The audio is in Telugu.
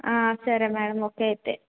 సరే మేడం ఓకే అయితే